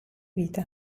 vita